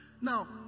Now